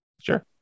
sure